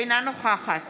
אינה נוכחת